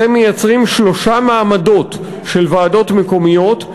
אתם מייצרים שלושה מעמדות של ועדות מקומיות,